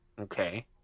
Okay